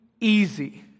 easy